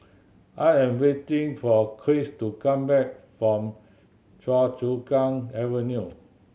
I am waiting for Kris to come back from Choa Chu Kang Avenue